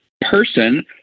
person